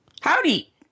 Howdy